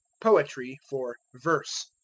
poetry for verse.